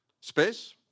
Space